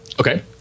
Okay